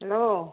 hello